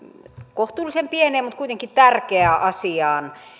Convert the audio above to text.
kohtuullisen pieneen mutta kuitenkin tärkeään asiaan